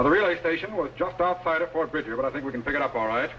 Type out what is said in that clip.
the relay station was just outside of fort bridger but i think we can pick it up all right